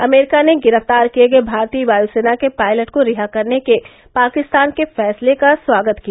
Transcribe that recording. America ने गिरफ्तार किए गए भारतीय वायुसेना के पायलट को रिहा करने के पाकिस्तान के फैसले का स्वागत किया